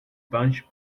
bunch